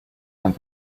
and